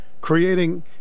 creating